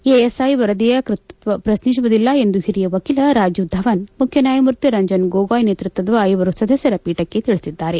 ASI ವರದಿಯ ಕತೃರ್ತ್ವ ಪ್ರಶ್ನಿಸುವುದಿಲ್ಲ ಎಂದು ಹಿರಿಯ ವಕೀಲ ರಾಜೀವ್ ಧವನ್ ಮುಖ್ಯ ನ್ಯಾಯಮೂರ್ತಿ ರಂಜನ್ ಗೊಗಾಯ್ ನೇತೃತ್ವದ ಐವರು ಸದಸ್ಯರ ಪೀಠಕ್ಕೆ ತಿಳಿಸಿದ್ದಾರೆ